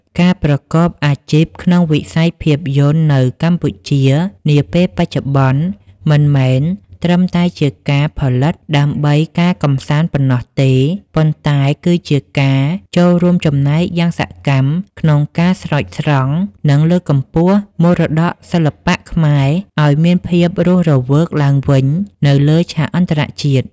ការប្រកបអាជីពក្នុងវិស័យភាពយន្តនៅកម្ពុជានាពេលបច្ចុប្បន្ន មិនមែនត្រឹមតែជាការផលិតដើម្បីការកម្សាន្តប៉ុណ្ណោះទេ ប៉ុន្តែគឺជាការចូលរួមចំណែកយ៉ាងសកម្មក្នុងការស្រោចស្រង់ និងលើកកម្ពស់មរតកសិល្បៈខ្មែរឱ្យមានភាពរស់រវើកឡើងវិញនៅលើឆាកអន្តរជាតិ។